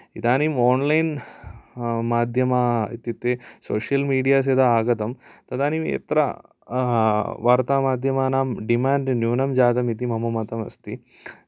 इदानीं ओन्लैन् माध्यमाः इत्युक्ते सोशियल् मीडिया यदा आगतं तदानीं यत्र वार्तामाध्यमानां डिमान्ड् न्यूनं जातम् इति मम् मतम् अस्ति